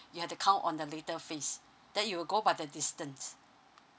you have to count on the later phase then you will go by the distance